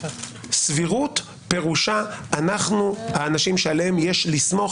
סבירות פירושה אנחנו האנשים שעליהם יש לסמוך,